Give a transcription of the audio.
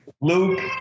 Luke